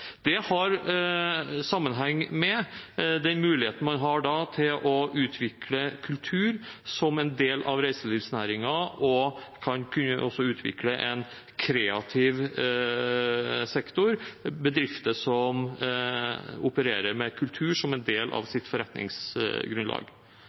Det har sammenheng med den muligheten man har til å utvikle kultur som en del av reiselivsnæringen og også utvikle en kreativ sektor – bedrifter som opererer med kultur som en del av